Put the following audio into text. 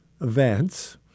events